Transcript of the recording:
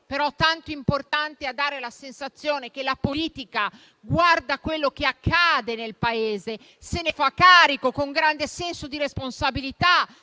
però tanto importante per dare la sensazione che la politica guarda a quello che accade nel Paese, se ne fa carico con grande senso di responsabilità